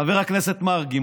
חבר הכנסת מרגי.